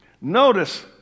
Notice